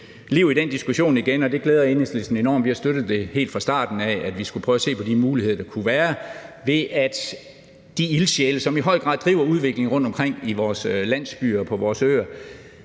liv i den diskussion igen, og det glæder Enhedslisten enormt. Vi har helt fra starten af støttet, at vi skulle prøve at se på de muligheder, der kunne være, ved at de ildsjæle, som i høj grad driver udviklingen rundtomkring i vores landsbyer og på vores øer,